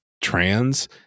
trans